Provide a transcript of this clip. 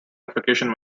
application